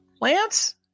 Lance